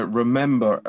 remember